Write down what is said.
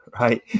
right